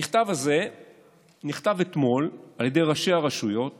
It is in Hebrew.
המכתב הזה נכתב אתמול על ידי ראשי הרשויות